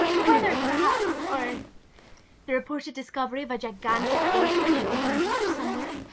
the weather, perhaps, or the reported discovery of a gigantic oarfish on some beach somewhere.